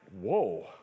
whoa